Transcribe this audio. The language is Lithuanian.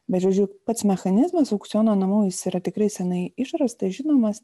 bet žodžiu pats mechanizmas aukciono namų jis yra tikrai seniai išrastas žinomas